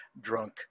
drunk